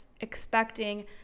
expecting